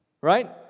right